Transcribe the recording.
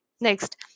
Next